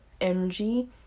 energy